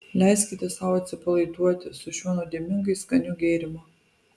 leiskite sau atsipalaiduoti su šiuo nuodėmingai skaniu gėrimu